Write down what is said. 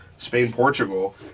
Spain-Portugal